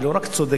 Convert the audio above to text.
היא לא רק צודקת,